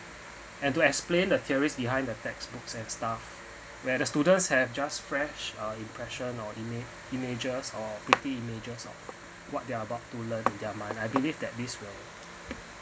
and to explain the theories behind the textbooks and stuff where the students have just fresh uh impression or ima~ images or pretty images of what they're about to learn in their mind I believe that these will